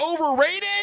overrated